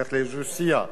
השאלה לאיזו.